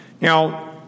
Now